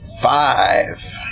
Five